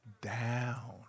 down